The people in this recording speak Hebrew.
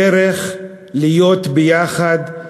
דרך להיות ביחד,